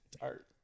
art